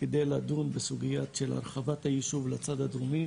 על מנת לדון בסוגיית הרחבת הישוב לצד הדרומי,